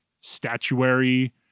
statuary